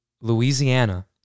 Louisiana